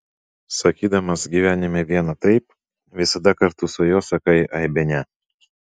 sakydamas gyvenime vieną taip visada kartu su juo sakai aibę ne